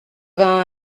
vingt